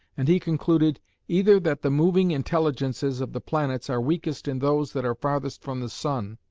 and he concluded either that the moving intelligences of the planets are weakest in those that are farthest from the sun,